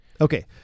Okay